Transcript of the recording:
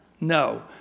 No